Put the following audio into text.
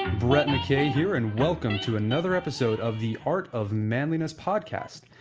brett mckay here and welcome to another episode of the art of manliness podcast.